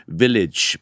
village